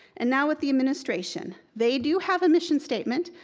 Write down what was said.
and now with the administration, they do have a mission statement,